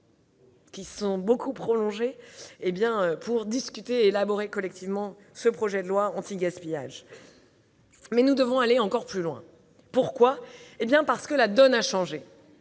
de dîners prolongés, pour discuter et élaborer collectivement ce projet de loi anti-gaspillage. Nous devons aller encore plus loin parce que la donne a changé.